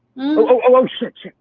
oh, oh, oh shit,